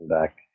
back